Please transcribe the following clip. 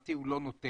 מבחינתי הוא לא נותן.